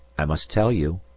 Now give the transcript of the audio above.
i must tell you.